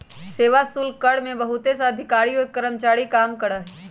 सेवा शुल्क कर में बहुत से अधिकारी और कर्मचारी काम करा हई